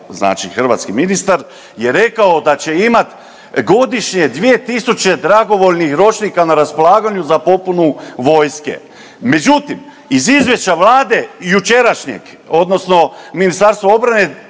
znači hrvatski ministar je rekao da će imati godišnje 2000 dragovoljnih ročnika na raspolaganju za popunu vojske. Međutim, iz izvješća Vlade jučerašnjeg odnosno MORH taj broj